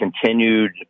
continued